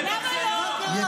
למה לא?